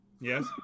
Yes